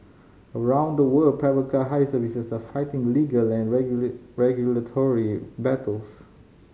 around the world private car hire services are fighting legal and regulatory battles